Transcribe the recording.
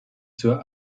zur